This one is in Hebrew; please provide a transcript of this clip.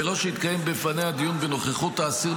בלא שיתקיים בפניה דיון בנוכחות האסיר,